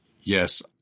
Yes